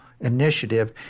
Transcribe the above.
initiative